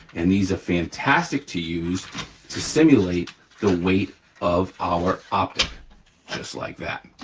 and these are fantastic to use to simulate the weight of our optic just like that,